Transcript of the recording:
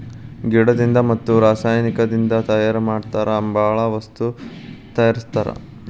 ಗಿಡದಿಂದ ಮತ್ತ ರಸಾಯನಿಕದಿಂದ ತಯಾರ ಮಾಡತಾರ ಬಾಳ ವಸ್ತು ತಯಾರಸ್ತಾರ